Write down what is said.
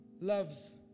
loves